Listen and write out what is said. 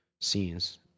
scenes